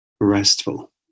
restful